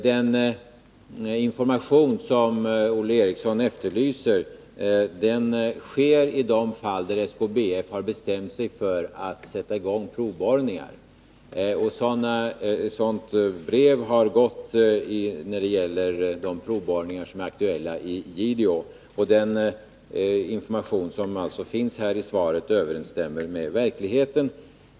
Den information som Olle Eriksson efterlyser ges i de fall där SKBF Nr 157 bestämt sig för att sätta i gång provborrningar. Ett brev med sådan Onsdagen den information har gått ut när det gäller de provborrningar som är aktuella i 3 juni 1981 Gideå. Den information som lämnats i svaret överensstämmer alltså med verkligheten.